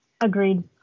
Agreed